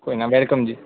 ਕੋਈ ਨਾ ਵੈਲਕਮ ਜੀ